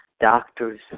Doctors